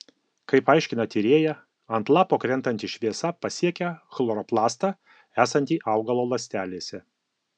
kaip aiškina tyrėja ant lapo krentanti šviesa pasiekia chloroplastą esantį augalo ląstelėse